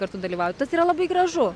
kartu dalyvaut tas yra labai gražu